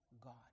God